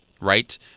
right